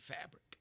fabric